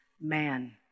man